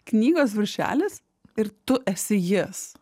knygos viršelis ir tu esi jis